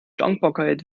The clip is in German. dankbarkeit